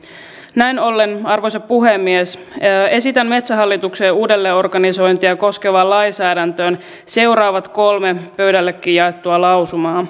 näin ollen arvoisa puhemies esitän metsähallituksen uudelleenorganisointia koskevaan lainsäädäntöön seuraavat kolme pöydällekin jaettua lausumaa